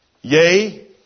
Yea